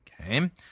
Okay